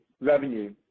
revenue